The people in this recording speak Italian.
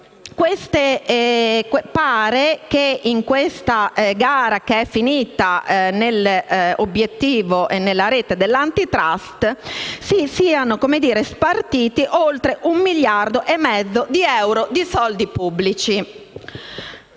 Exitone. Pare che in questa gara, finita nell' obiettivo e nella rete dell'*Antitrust,* si siano spartiti oltre un miliardo e mezzo di euro di soldi pubblici.